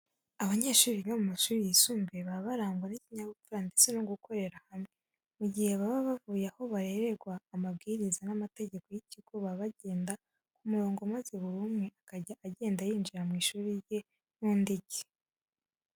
Abanyeshuri biga mu mashuri yisumbuye baba barangwa n'ikinyabupfura ndetse no gukorera hamwe. Mu gihe baba bavuye aho bahererwa amabwiriza n'amategeko y'ikigo, baba bagenda ku murongo maze buri umwe akajya agenda yinjira mu ishuri rye n'undi irye.